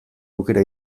aukera